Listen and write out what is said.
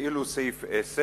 ואילו סעיף 10: